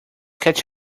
catch